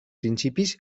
principis